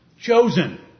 chosen